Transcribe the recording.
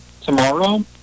tomorrow